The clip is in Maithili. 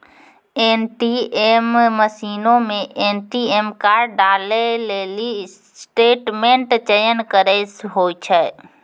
ए.टी.एम मशीनो मे ए.टी.एम कार्ड डालै लेली स्टेटमेंट चयन करे होय छै